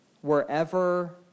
wherever